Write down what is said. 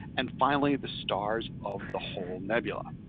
and finally, the stars of the whole nebula.